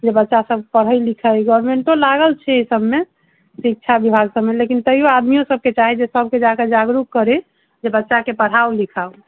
जे बच्चा सभ पढ़ै लिखै गोरमेन्टो लागल छै एहि सभमे शिक्षा बिभाग सभमे लेकिन तैयो आदमियो सभके चाही जे सभके जाकऽ जागरूक करि जे बच्चा के पढ़ाउ लिखाउ